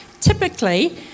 typically